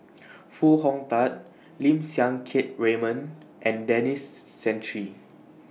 Foo Hong Tatt Lim Siang Keat Raymond and Denis Santry